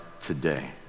today